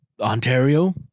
Ontario